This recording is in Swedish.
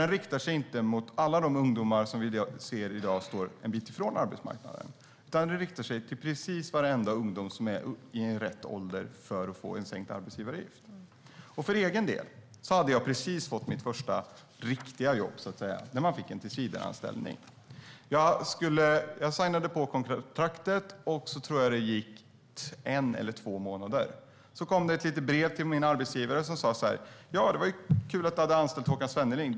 Den riktar sig nämligen inte mot de ungdomar som står en bit ifrån arbetsmarknaden, utan den riktar sig till alla som är i rätt ålder för att få sänkt arbetsgivaravgift. För egen del hade jag precis fått mitt första riktiga jobb, en tillsvidareanställning. Jag skrev på kontraktet. Sedan gick det en eller två månader. Sedan kom ett brev till min arbetsgivare där det stod: Vad kul att du har anställt Håkan Svenneling!